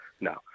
No